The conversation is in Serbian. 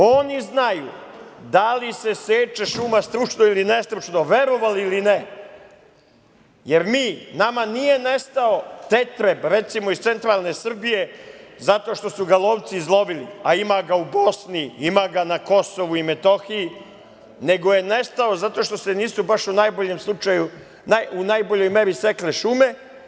Oni znaju da li se seče šuma stručno ili ne stručno, verovali ili ne, jer nama nije nestao tetreb, recimo iz centralne Srbije, zato što su ga lovci izlovili, a ima ga u Bosni, ima ga na Kosovu i Metohiji, nego je nestao zato što se nisu baš u najboljoj meri sekle šume.